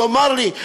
תאמר לי,